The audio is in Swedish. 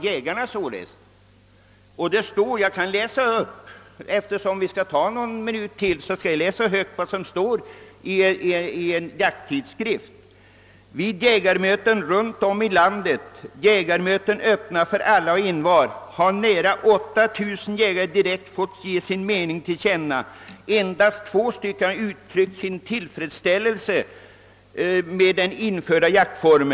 Eftersom vi kommer att ta ytterligare några minuter i anspråk ber jag att högt få läsa upp vad som står i en jakttidskrift: »Vid jägarmöten runt om i landet, jägarmöten öppna för alla och envar, har nära 8 000 jägare direkt fått ge sin mening till känna. Endast två har uttryckt sin tillfredsställelse med den införda jaktreformen.